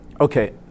Okay